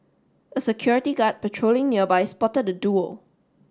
a security guard patrolling nearby spotted the duo